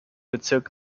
bezirk